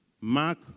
Mark